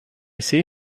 see